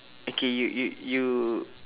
okay you you you